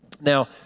Now